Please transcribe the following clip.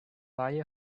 buy